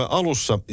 alussa